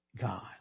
God